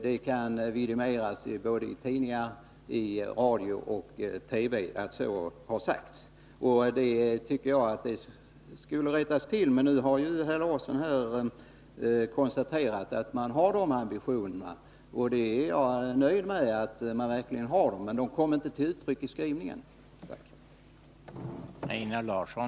Den tolkningen av utskottets skrivning har gjorts i tidningar, i radio och i TV. Om det är en missuppfattning, bör det rättas till. Nu har Einar Larsson konstaterat att utskottet har ambitioner i denna fråga. Det är jag nöjd med, men de ambitionerna kommer inte till uttryck i skrivningen.